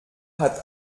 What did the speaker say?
hat